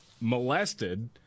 molested